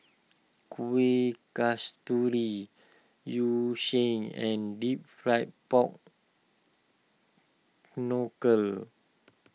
Kuih Kasturi Yu Sheng and Deep Fried Pork Knuckle